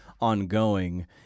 ongoing